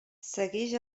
seguix